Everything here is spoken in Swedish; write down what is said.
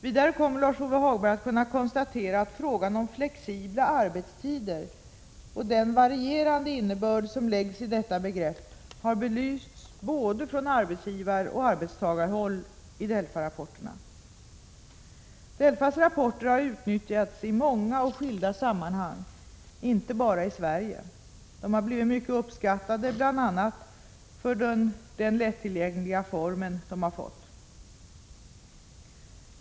Vidare kommer Lars-Ove Hagberg att kunna konstatera att frågan om flexibla arbetstider och den varierande innebörd som läggs i detta begrepp har belysts både från arbetsgivaroch arbetstagarhåll i DELFA-rapporterna. DELFA:s rapporter har utnyttjats i många och skilda sammanhang inte bara i Sverige. De har blivit mycket uppskattade, bl.a. för den lättillgängliga form de fått.